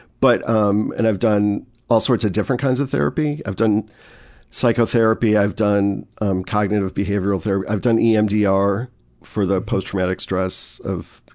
but um and i've done all sorts of different kinds of therapy. i've done psychotherapy, i've done cognitive behavioral therapy, i've done emdr for the post-traumatic stress of,